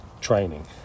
training